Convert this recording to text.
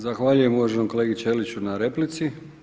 Zahvaljujem uvaženom kolegi Ćeliću na replici.